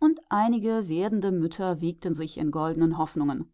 und einige werdende mütter wiegten sich in goldenen hoffnungen